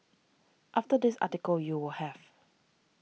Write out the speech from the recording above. after this article you will have